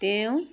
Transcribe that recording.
তেওঁ